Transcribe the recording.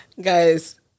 Guys